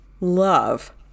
Love